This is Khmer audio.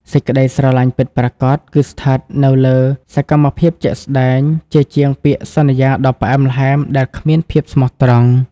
សេចក្ដីស្រឡាញ់ពិតប្រាកដគឺស្ថិតនៅលើ «សកម្មភាពជាក់ស្ដែង» ជាជាងពាក្យសន្យាដ៏ផ្អែមល្ហែមដែលគ្មានភាពស្មោះត្រង់។